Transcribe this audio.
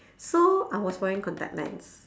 so I was wearing contact lens